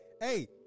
hey